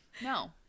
no